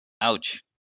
Ouch